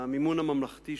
המימון הממלכתי,